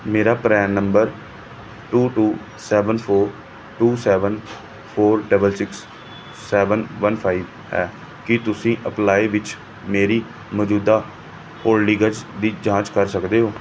ਮੇਰਾ PRAN number two two seven four two seven four double six seven one five ਹੈ ਕੀ ਤੁਸੀਂ apply ਵਿੱਚ ਮੇਰੀ ਮੌਜੂਦਾ ਹੋਲਡਿੰਗਜ਼ ਦੀ ਜਾਂਚ ਕਰ ਸਕਦੇ ਹੋ